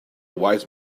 wise